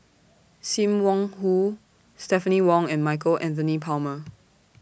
SIM Wong Hoo Stephanie Wong and Michael Anthony Palmer